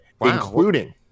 including